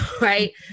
right